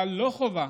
אבל לא חובה